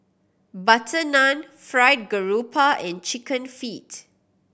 butter naan Fried Garoupa and Chicken Feet